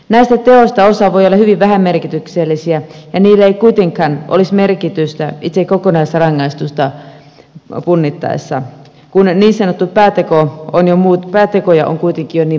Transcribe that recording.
näistä teoista osa voi olla hyvin vähämerkityksisiä ja niillä ei kuitenkaan olisi merkitystä itse kokonaisrangaistusta punnittaessa kun niin sanottuja päätekoja on jo kuitenkin niin paljon